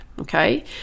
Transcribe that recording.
okay